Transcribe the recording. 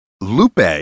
Lupe